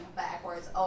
backwards